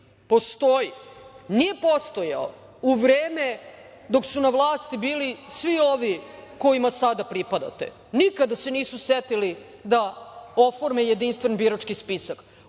postoji. Nije postojao u vreme dok su na vlasti bili svi ovi kojima sada pripadate. Nikada se nisu setili da oforme jedinstven birački spisak,